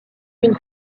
une